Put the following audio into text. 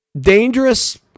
Dangerous